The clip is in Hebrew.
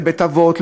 לבית-אבות,